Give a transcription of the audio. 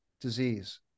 disease